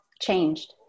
changed